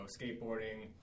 skateboarding